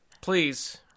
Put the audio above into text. please